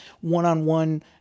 one-on-one